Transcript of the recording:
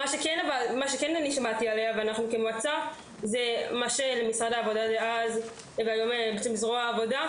אני והמועצה שמענו על זרוע העבודה,